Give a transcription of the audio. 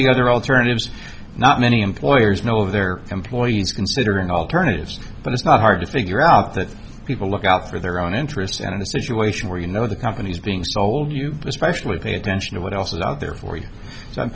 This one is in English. the other alternatives not many employers know of their employees considering alternatives but it's not hard to figure out that people look out for their own interests and in a situation where you know the company is being sold you especially think attention to what else is out there for you